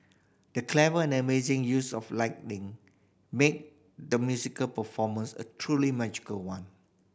the clever and amazing use of lighting made the musical performance a truly magical one